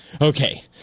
Okay